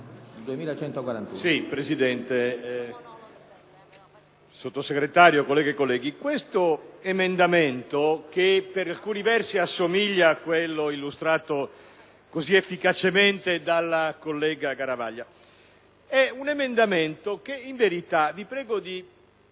onorevole Sottosegretario, colleghe e colleghi, questo emendamento, che per alcuni versi assomiglia a quello illustrato cosıefficacemente dalla collega Garavaglia, e un emendamento che, in verita– vi prego di